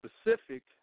specific